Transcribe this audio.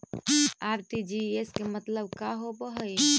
RTGS के मतलब का होव हई?